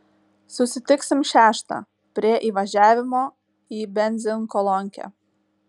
susitiksim šeštą prie įvažiavimo į benzinkolonkę